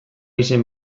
izen